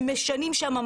הם משנים שם,